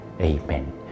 Amen